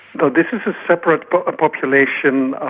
you know this is a separate but ah population